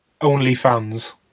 OnlyFans